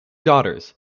daughters